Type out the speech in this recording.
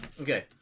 Okay